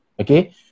okay